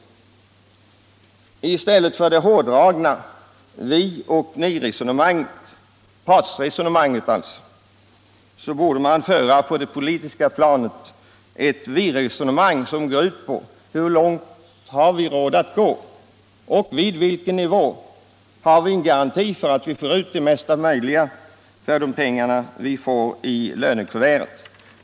I stället för det hårdragna vioch ni-resonemanget, partsresonemanget, borde man på det politiska planet föra ett vi-resonemang om hur långt vi har råd att gå och vid vilken nivå vi har garanti för att få ut det mesta möjliga för de pengar som ligger i lönekuvertet.